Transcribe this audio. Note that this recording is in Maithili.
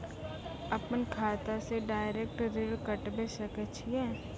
अपन खाता से डायरेक्ट ऋण कटबे सके छियै?